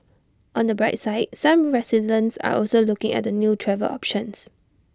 on the bright side some residents are also looking at the new travel options